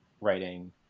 writing